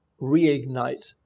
reignite